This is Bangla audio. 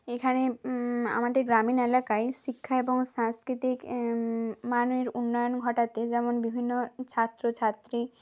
এখানে আমাদের গ্রামীণ এলাকায় শিক্ষা এবং সাংস্কৃতিক মানের উন্নয়ন ঘটাতে যেমন বিভিন্ন ছাত্র ছাত্রী